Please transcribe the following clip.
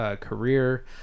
career